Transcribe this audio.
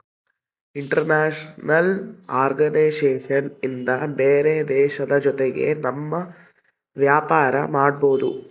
international organisation ಇಂದ ಬೇರೆ ದೇಶದ ಜೊತೆಗೆ ನಮ್ ವ್ಯಾಪಾರ ಮಾಡ್ಬೋದು